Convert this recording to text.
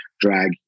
drag